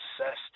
obsessed